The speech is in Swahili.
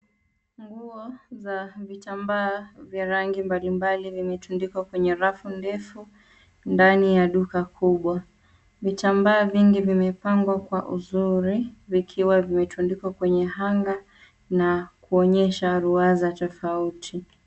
Nguo za vitambaa vya rangi mbalimbali vimetundikwa kwenye rafu ndefu, ndani ya duka kubwa. Vitambaa vingi vimepangwa kwa uzuri, vikiwa vimetundikwa kwenye hanger , na kuonyesha ruwaza tofauti.